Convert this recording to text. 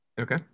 okay